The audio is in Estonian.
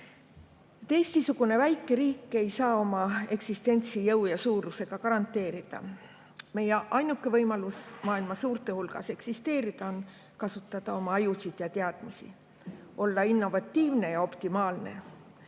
Eesti-sugune väike riik ei saa oma eksistentsi jõu ja suurusega garanteerida. Meie ainuke võimalus maailma suurte hulgas eksisteerida on kasutada oma ajusid ja teadmisi, olla innovatiivne ja optimaalne,